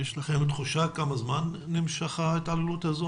יש לכם תחושה כמה זמן נמשכה ההתעללות הזאת?